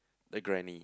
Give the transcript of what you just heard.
the granny